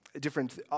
Different